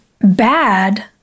bad